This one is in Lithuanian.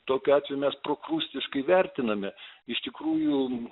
tokiu atveju mes prokrustiškai vertiname iš tikrųjų